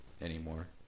anymore